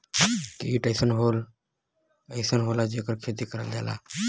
कीट अइसन होला जेकर खेती करल जाला